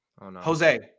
Jose